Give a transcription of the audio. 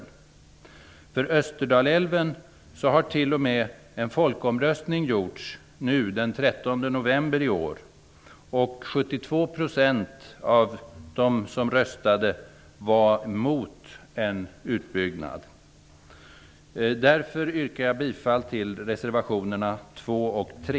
När det gäller Österdalälven har t.o.m. en folkomröstning gjorts den 13 november i år. 72 % av dem som röstade var emot en utbyggnad. Därför yrkar jag bifall till reservationerna 2 och 3.